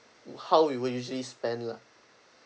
would how we will usually spend lah